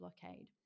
blockade